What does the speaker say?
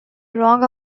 wrong